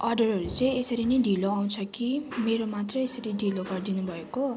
अर्डरहरू चाहिँ यसरी नै ढिलो आउँछ कि मेरो मात्रै यसरी ढिलो गरदिनु भएको